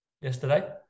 yesterday